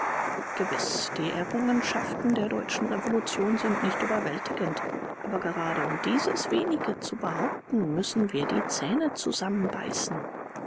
gewiß die errungenschaften der deutschen revolution sind nicht überwältigend aber gerade um dieses wenige zu behaupten müssen wir die zähne zusammenbeißen